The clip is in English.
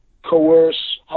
coerce